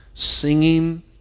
singing